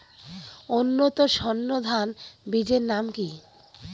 উন্নত সর্ন ধান বীজের নাম কি?